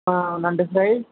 ஆ நண்டு ஃப்ரை